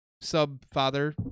sub-father